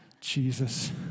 Jesus